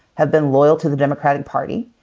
have been loyal to the democratic party.